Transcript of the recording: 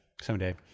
someday